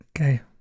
Okay